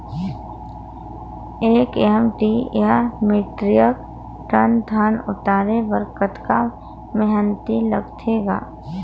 एक एम.टी या metric tonne धन उतारे बर कतका मेहनती लगथे ग?